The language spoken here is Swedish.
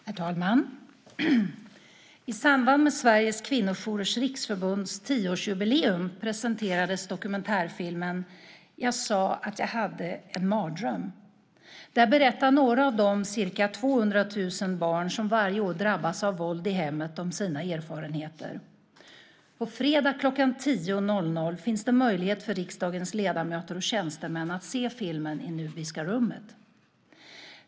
Herr talman! I samband med Sveriges Kvinnojourers Riksförbunds tioårsjubileum presenterades dokumentärfilmen Jag sade att jag hade en mardröm . Där berättar några av de ca 200 000 barn som varje år drabbas av våld i hemmet om sina erfarenheter. På fredag kl. 10.00 finns det möjlighet för riksdagens ledamöter och tjänstemän att se filmen i Nubiska rummet.